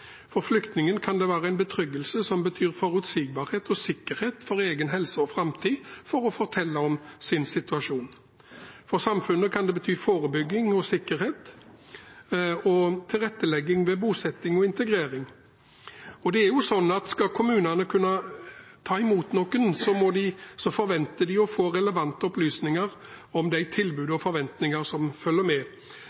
For flyktningen kan det å fortelle om sin situasjon være en betryggelse som betyr forutsigbarhet og sikkerhet for egen helse og framtid. For samfunnet kan det bety forebygging, sikkerhet og tilrettelegging ved bosetting og integrering. Skal kommunene kunne ta imot noen, forventer de å få relevante